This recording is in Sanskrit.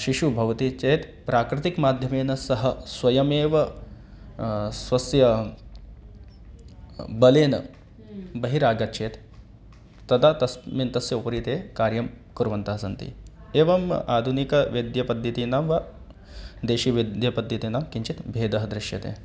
शिशुः भवति चेत् प्राकृतिकमाध्यमेन सः स्वयमेव स्वस्य बलेन बहिरागच्छेत् तदा तस्मिन् तस्य उपरि ते कार्यं कुर्वन्तः सन्ति एवम् आधुनिकवैद्यपद्धतीनां वा देशीयवैद्यपद्धतीनां किञ्चित् भेदः दृश्यते